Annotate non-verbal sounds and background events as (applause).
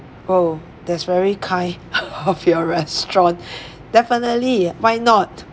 oh that's very kind (laughs) of your restaurant definitely why not